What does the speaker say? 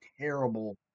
terrible